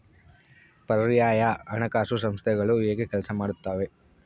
ಪರ್ಯಾಯ ಹಣಕಾಸು ಸಂಸ್ಥೆಗಳು ಹೇಗೆ ಕೆಲಸ ಮಾಡುತ್ತವೆ?